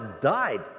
died